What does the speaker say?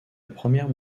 première